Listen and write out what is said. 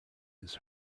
his